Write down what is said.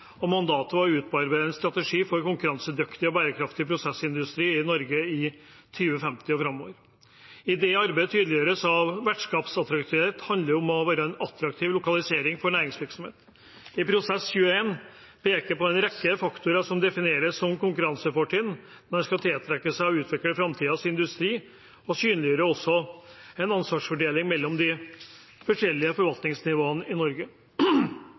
og mandatet var å utarbeide en strategi for en konkurransedyktig og bærekraftig prosessindustri i Norge i 2050 og framover. I det arbeidet tydeliggjøres det at vertskapsattraktivitet handler om å være en attraktiv lokalisering for næringsvirksomhet. I Prosess21 pekes det på en rekke faktorer som defineres som konkurransefortrinn når en skal tiltrekke seg og utvikle framtidens industri, og en synliggjør også en ansvarsfordeling mellom de forskjellige forvaltningsnivåene i Norge.